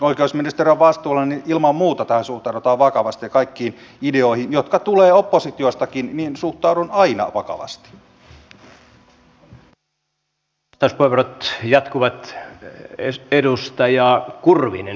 meillä on käytössä joka järjestelypaikassa hyvät nettiyhteydet ja sitten lisäksi ihmisillä on käytettävissä jo aika hyvät laitteet sinne on järjestettävissä laitteita